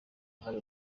hari